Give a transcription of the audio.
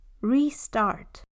restart